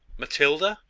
matilda?